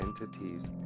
entities